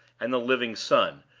and the living son,